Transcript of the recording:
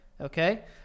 Okay